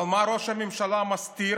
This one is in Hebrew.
אבל מה ראש הממשלה מסתיר?